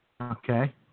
Okay